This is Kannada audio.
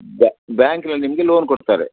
ಬ್ಯಾಂಕ್ನಲ್ಲಿ ನಿಮಗೆ ಲೋನ್ ಕೊಡ್ತಾರೆ